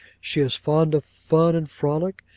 she is fond of fun and frolic,